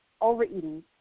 overeating